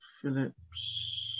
Phillips